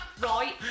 right